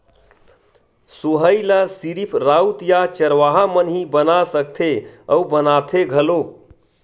सोहई ल सिरिफ राउत या चरवाहा मन ही बना सकथे अउ बनाथे घलोक